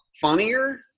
funnier